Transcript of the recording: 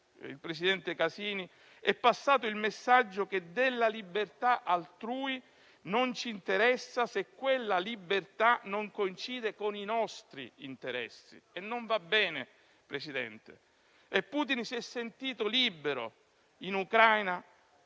il presidente Casini, è passato il messaggio che della libertà altrui non ci interessa, se quella libertà non coincide con i nostri interessi e non va bene, signor Presidente. Putin si è sentito libero in Ucraina